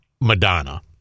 Madonna